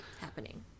happening